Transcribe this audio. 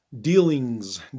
dealings